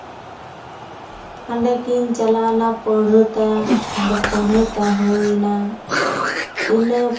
ᱦᱟᱰᱮ ᱠᱤᱱ ᱯᱟᱺᱬᱦᱟᱹᱛᱟ ᱦᱟᱰᱮ ᱯᱟᱺᱬᱦᱟᱹᱛᱟ ᱦᱩᱭᱮᱱᱟ ᱤᱱᱟᱹ